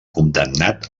condemnat